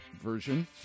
version